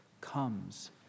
comes